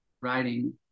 writing